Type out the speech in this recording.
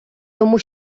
тому